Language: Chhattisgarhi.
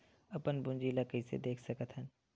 अपन पूंजी ला कइसे देख सकत हन?